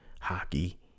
hockey